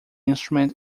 instrument